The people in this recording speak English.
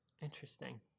Interesting